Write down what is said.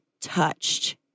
touched